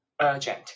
urgent